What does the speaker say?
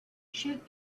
shoot